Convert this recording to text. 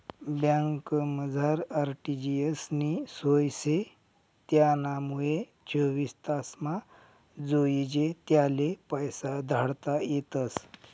बँकमझार आर.टी.जी.एस नी सोय शे त्यानामुये चोवीस तासमा जोइजे त्याले पैसा धाडता येतस